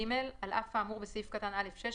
(ג) על אף האמור בסעיף קטן (א)(6),